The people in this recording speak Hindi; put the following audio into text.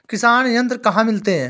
किसान यंत्र कहाँ मिलते हैं?